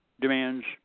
demands